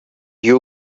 you